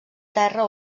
terra